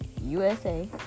usa